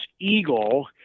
eagle